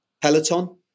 Peloton